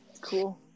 cool